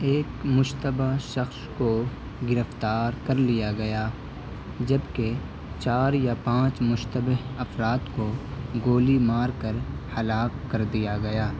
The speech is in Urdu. ایک مشتبہ شخص کو گرفتار کر لیا گیا جبکہ چار یا پانچ مشتبہ افراد کو گولی مار کر ہلاک کر دیا گیا